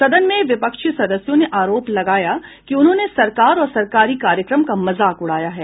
सदन में विपक्षी सदस्यों ने आरोप लगाया कि उन्होंने सरकार और सरकारी कार्यक्रम का मजाक उड़ाया है